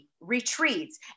retreats